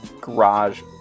garage